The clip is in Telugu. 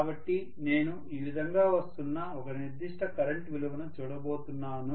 కాబట్టి నేను ఈ విధంగా వస్తున్న ఒక నిర్దిష్ట కరెంట్ విలువను చూడబోతున్నాను